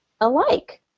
alike